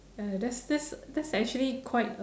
ya that that's that's actually quite a